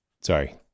Sorry